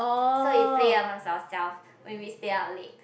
so we play amongst ourselves when we stay up late